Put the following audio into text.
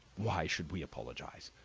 why should we apologize?